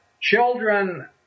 children